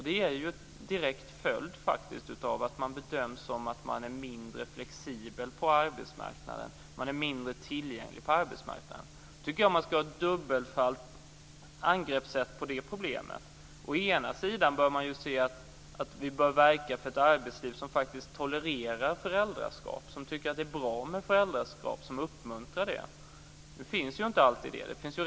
Det är en direkt följd av att man bedöms vara mindre flexibel och mindre tillgänglig på arbetsmarknaden. Jag tycker att man ska ha ett dubbelt angreppssätt på det problemet. Vi bör verka för ett arbetsliv som faktiskt tolererar föräldraskap, som tycker att det är bra och som uppmuntrar det. Det är inte alltid så.